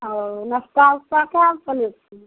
ओ नास्ता उस्ता कए रूपैये प्लेट छै